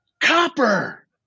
Copper